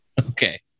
Okay